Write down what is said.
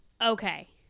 okay